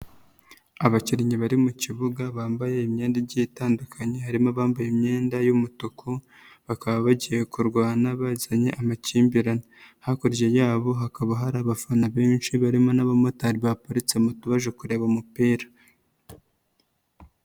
Abakinnyi bari mu kibuga bambaye imyenda igiye itandukanye, harimo abambaye imyenda y'umutuku bakaba bagiye kurwana bazanye amakimbirane. Hakurya yabo hakaba hari abafana benshi barimo n'abamotari baparitse moto baje kureba umupira.